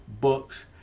books